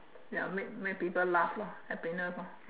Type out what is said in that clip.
ya make make people laugh lah happiness lah